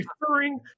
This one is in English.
referring